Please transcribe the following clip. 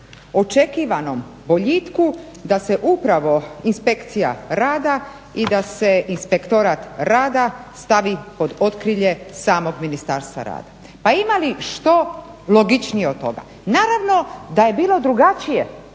očekivanom boljitku inspekcija rada i da se inspektorat rada stavi pod otkrilje samog Ministarstva rada. Pa ima li što logičnije od toga. Naravno da je bilo drugačije